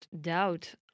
doubt